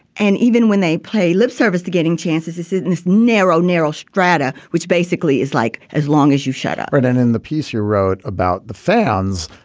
and even when they pay lip service to getting chances to sit in this narrow, narrow strata, which basically is like as long as you shut up, right and in the piece you wrote about the fans,